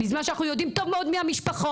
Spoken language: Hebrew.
בזמן שאנחנו יודעים טוב מאוד מי המשפחות,